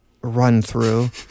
run-through